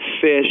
fish